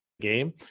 game